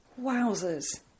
Wowzers